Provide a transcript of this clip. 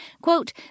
Quote